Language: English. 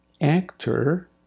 actor